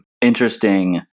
interesting